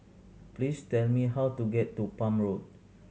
please tell me how to get to Palm Road